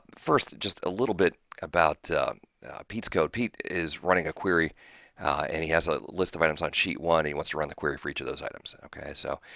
first just a little bit about pete's code. pete is running a query and he has a list of items on sheet one. he wants to run the query for each of those items. okay! so,